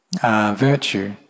virtue